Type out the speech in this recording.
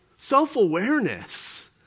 Self-awareness